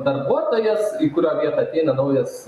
darbuotojas į kurio vietą ateina naujas